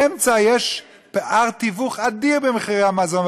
באמצע יש פער תיווך אדיר במחירי המזון,